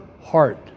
heart